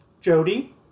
Jody